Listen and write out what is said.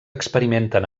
experimenten